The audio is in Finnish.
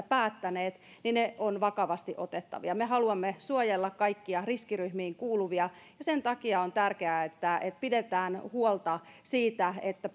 päättäneet ovat vakavasti otettavia me haluamme suojella kaikkia riskiryhmiin kuuluvia ja sen takia on tärkeää että että pidetään huolta siitä että